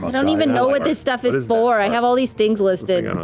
but don't even know what this stuff is is for. i have all these things listed.